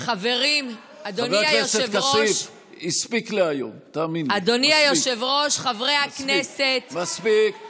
אני מזמין את חברת הכנסת אוסנת מארק למסור הודעה אישית,